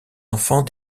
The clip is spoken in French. enfants